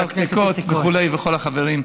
המתקתקות וכו' וכל החברים,